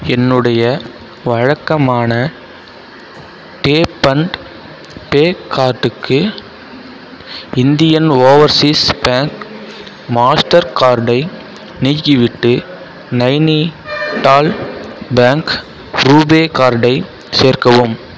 என்னுடைய வழக்கமான tap and pay கார்டுக்கு இந்தியன் ஓவர்சீஸ் பேங்க் மாஸ்டர் கார்டை நீக்கிவிட்டு நைனிடால் பேங்க் ரூபே கார்டை சேர்க்கவும்